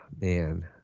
man